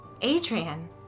Adrian